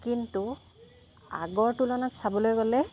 কিন্তু আগৰ তুলনাত চাবলৈ গ'লে